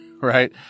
right